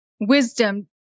wisdom